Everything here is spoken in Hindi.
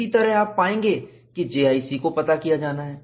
इसी तरह आप पाएंगे कि JIC को पता किया जाना है